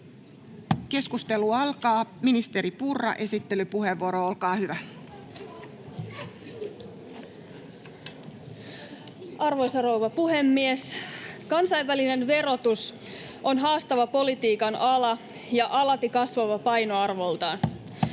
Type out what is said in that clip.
Keskustelu alkaa. Ministeri Purra, esittelypuheenvuoro, olkaa hyvä. Arvoisa puhemies! Kansainvälinen verotus on haastava politiikan ala ja alati kasvava painoarvoltaan.